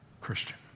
Christian